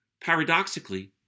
Paradoxically